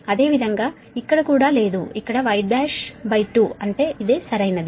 అదేవిధంగా ఇక్కడ కూడా లేదు ఇక్కడ కూడాY12 అంటే ఇదే సరైనది